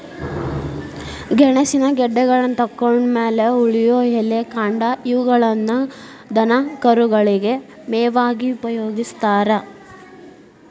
ಗೆಣಸಿನ ಗೆಡ್ಡೆಗಳನ್ನತಕ್ಕೊಂಡ್ ಮ್ಯಾಲೆ ಉಳಿಯೋ ಎಲೆ, ಕಾಂಡ ಇವುಗಳನ್ನ ದನಕರುಗಳಿಗೆ ಮೇವಾಗಿ ಉಪಯೋಗಸ್ತಾರ